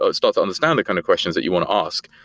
ah start to understand the kind of questions that you want to ask.